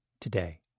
today